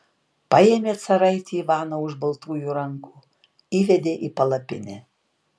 paėmė caraitį ivaną už baltųjų rankų įvedė į palapinę